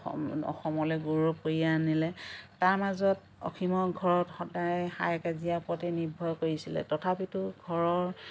অসমলে গৌৰৱ কঢ়িয়াই আনিলে তাৰ মাজত অসীমৰ ঘৰত সদায় হাই কাজিয়া ওপৰতেই নিৰ্ভৰ কৰিছিলে তথাপিতো ঘৰৰ